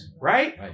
Right